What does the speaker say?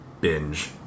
binge